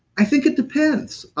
i think it depends.